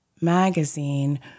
magazine